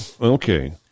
okay